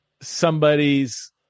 somebody's